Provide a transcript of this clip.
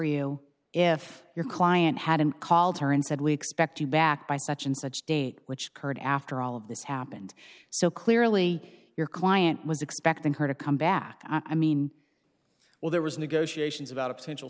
you if your client hadn't called turn said we expect you back by such and such date which curt after all of this happened so clearly your client was expecting her to come back i mean well there was negotiations about a potential